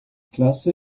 klasse